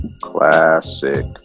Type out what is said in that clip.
classic